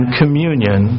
communion